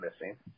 missing